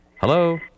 Hello